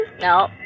No